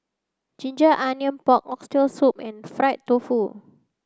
ginger onions pork oxtail soup and fried tofu